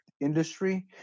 industry